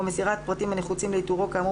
או מסירת פרטים הנחוצים לאיתורו כאמור